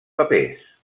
papers